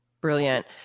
brilliant